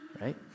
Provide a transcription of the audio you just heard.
right